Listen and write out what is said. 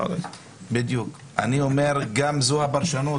אני אומר, גם זו פרשנות.